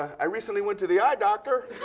i recently went to the eye doctor.